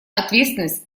ответственность